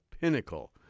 Pinnacle